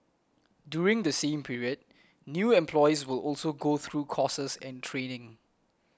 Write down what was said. during the same period new employees will also go through courses and training